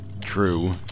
True